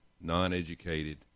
non-educated